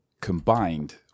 combined